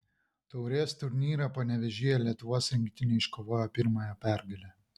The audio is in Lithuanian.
taurės turnyre panevėžyje lietuvos rinktinė iškovojo pirmąją pergalę